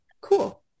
cool